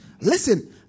Listen